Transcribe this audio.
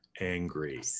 angry